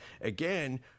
again